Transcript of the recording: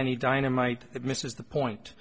any dynamite misses the point